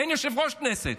אין יושב-ראש כנסת,